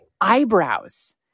eyebrows